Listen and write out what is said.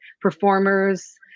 performers